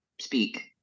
speak